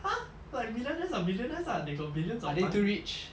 !huh! like billionaires are billionaires ah they got billions of money